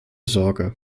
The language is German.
sorge